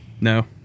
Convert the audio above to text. No